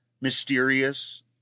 mysterious